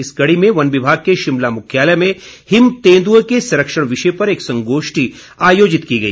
इसी कड़ी में वन विभाग के शिमला मुख्यालय में हिम तेंदुए के संरक्षण विषय पर एक संगोष्ठी आयोजित की गई